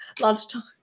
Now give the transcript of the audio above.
Lunchtime